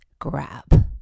grab